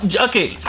okay